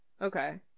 okay